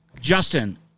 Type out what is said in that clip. Justin